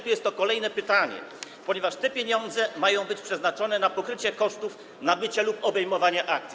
Tu jest kolejne pytanie, ponieważ te pieniądze mają być przeznaczone na pokrycie kosztów nabycia lub objęcia akcji.